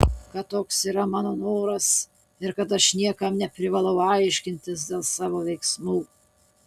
kad toks yra mano noras ir kad aš niekam neprivalau aiškintis dėl savo veiksmų